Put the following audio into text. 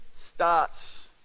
starts